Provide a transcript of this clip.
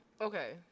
Okay